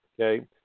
Okay